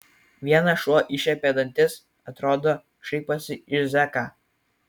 vienas šuo iššiepė dantis atrodo šaiposi iš zeką